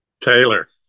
Taylor